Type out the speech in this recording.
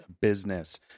business